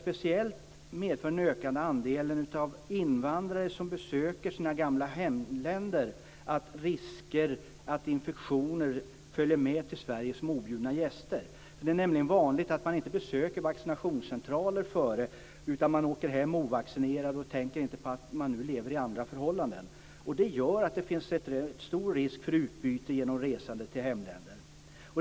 Speciellt medför den ökande andelen invandrare som besöker sina gamla hemländer risker att infektioner följer med till Sverige som objudna gäster. Det är nämligen vanligt att man inte besöker vaccinationscentraler före resan, utan man åker hem ovaccinerad och tänker inte på att man nu lever under andra förhållanden. Det gör att det finns en stor risk för ett utbyte genom resande till hemländer.